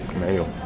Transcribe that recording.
mei you